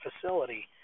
facility